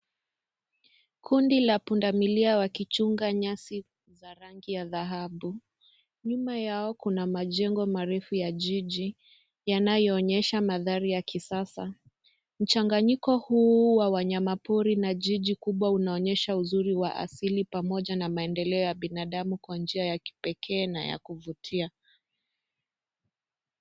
Kundi la pundamilia wa kichunga nyasi za rangi ya dhahabu. Nyuma yao kuna majengo marefu ya jiji, yanayoonyesha mandhari ya kisasa. Mchanganyiko huu wa wanyama pori na jiji kubwa unaonyesha uzuri wa asili pamoja na maendeleo ya binadamu kwa njia ya kipekee na ya kuvutia.